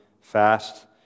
fast